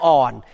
on